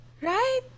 right